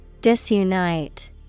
Disunite